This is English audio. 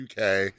UK